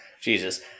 Jesus